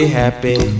happy